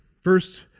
First